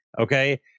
okay